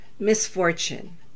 misfortune